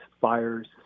fires